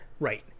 Right